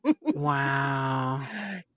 wow